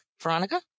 Veronica